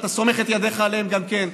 ואתה סומך את ידיך עליהם גם כן,